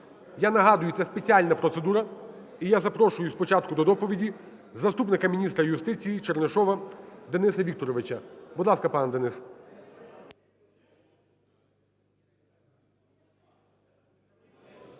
Я нагадую, це спеціальна процедура. І я запрошую спочатку до доповіді заступника міністра юстиції Чернишова Дениса Вікторовича. Будь ласка, пане Денис.